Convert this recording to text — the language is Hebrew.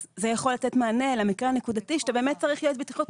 אז זה יכול לתת מענה למקרה הנקודתי שאתה באמת צריך יועץ בטיחות,